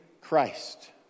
Christ